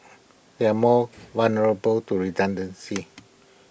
they are more vulnerable to redundancy